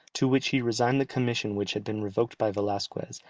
to which he resigned the commission which had been revoked by velasquez,